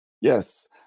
Yes